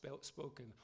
spoken